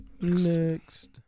Next